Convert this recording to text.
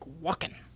walking